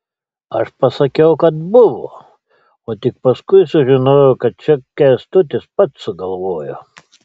aš pasakiau kad buvo o tik paskui sužinojau kad čia kęstutis pats sugalvojo